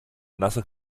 nasse